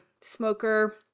smoker